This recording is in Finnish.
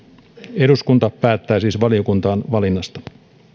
eduskunta päättää siis valiokuntaan valinnasta